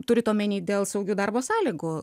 turit omeny dėl saugių darbo sąlygų